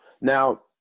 Now